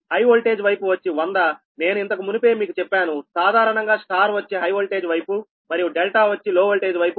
high voltage వైపు వచ్చి 100 నేను ఇంతకుమునుపే మీకు చెప్పాను సాధారణంగా Y వచ్చి హై వోల్టేజ్ వైపు మరియు ∆ వచ్చి లో వోల్టేజ్ వైపు ఉంటాయి